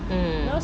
mm